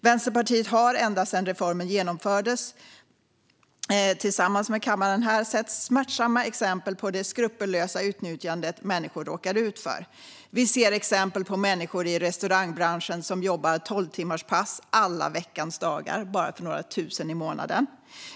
Vänsterpartiet har, tillsammans med denna kammare, ända sedan reformen genomfördes sett smärtsamma exempel på det skrupelfria utnyttjande människor råkar ut för. Vi ser till exempel människor i restaurangbranschen som jobbar tolvtimmarspass alla veckans dagar för bara några tusen i månaden.